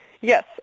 Yes